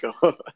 go